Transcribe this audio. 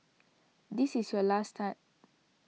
this is your last time